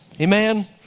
Amen